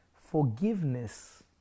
Forgiveness